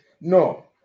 No